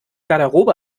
garderobe